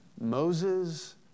Moses